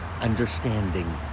understanding